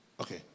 Okay